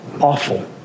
Awful